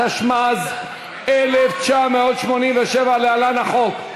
התשמ"ז 1987 (להלן: החוק),